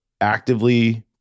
actively